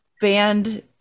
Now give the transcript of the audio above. band